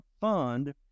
fund